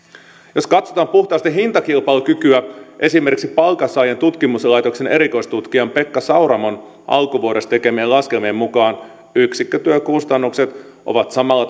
jos katsotaan puhtaasti hintakilpailukykyä esimerkiksi palkansaajien tutkimuslaitoksen erikoistutkijan pekka sauramon alkuvuodesta tekemien laskelmien mukaan yksikkötyökustannukset ovat samalla